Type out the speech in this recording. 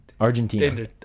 Argentina